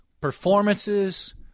performances